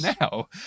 now